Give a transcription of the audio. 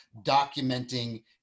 documenting